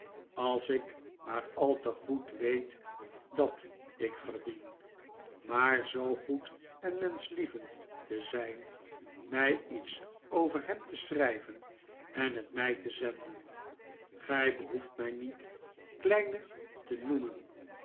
als ik maar al te goed weet dat ik verdien maar zoo goed en menschlievend te zijn mij iets oyer hem te schrijven en het mij te zenden gij behoeft mij niet kleine te noemen